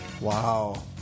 Wow